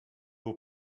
will